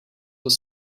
was